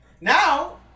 Now